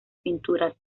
pinturas